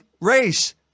race